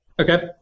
Okay